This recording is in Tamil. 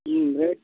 ம் ரேட்